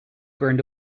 burned